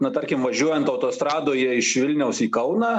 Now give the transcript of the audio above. na tarkim važiuojant autostradoje iš vilniaus į kauną